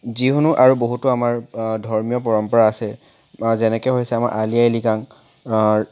যিকোনো আৰু বহুতো আমাৰ ধৰ্মীয় পৰম্পৰা আছে যেনেকৈ হৈছে আমাৰ আলি আই লৃগাং